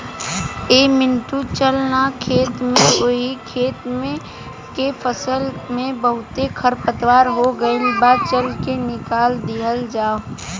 ऐ मंटू चल ना खेत में ओह खेत के फसल में बहुते खरपतवार हो गइल बा, चल के निकल दिहल जाव